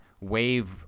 wave